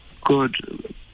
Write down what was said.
good